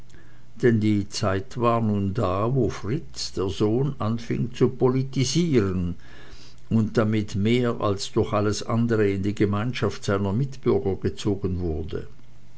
denn die zeit war nun da wo fritz der sohn anfing zu politisieren und damit mehr als durch alles andere in die gemeinschaft seiner mitbürger gezogen wurde